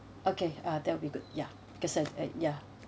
okay uh that will be good ya because of uh ya